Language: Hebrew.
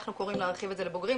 אנחנו קוראים להרחיב את זה לבוגרים,